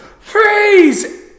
Freeze